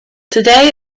today